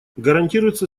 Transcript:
гарантируется